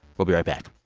we'll be right back